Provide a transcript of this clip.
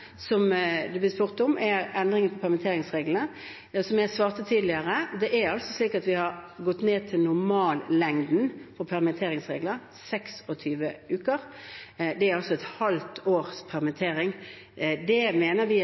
som det blir spurt om, er endringene i permitteringsreglene. Som jeg svarte tidligere, har vi gått ned til normallengden på permitteringsregler, 26 uker. Det er altså et halvt års permittering. Det mener vi